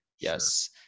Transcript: Yes